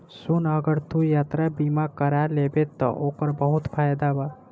सुन अगर तू यात्रा बीमा कारा लेबे त ओकर बहुत फायदा बा